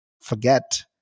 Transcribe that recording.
forget